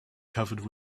covered